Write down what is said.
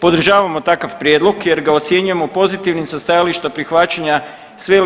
Podržavamo takav prijedlog jer ga ocjenjujemo pozitivnim sa stajališta prihvaćanja sve